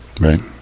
right